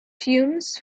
fumes